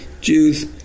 Jews